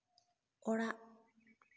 ᱚᱲᱟᱜ